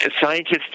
Scientists